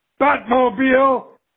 Batmobile